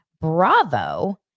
Bravo